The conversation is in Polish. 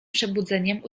przebudzeniem